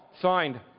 Signed